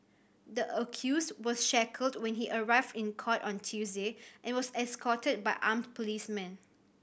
the accused was shackled when he arrived in court on Tuesday and was escorted by armed policemen